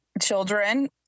children